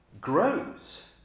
grows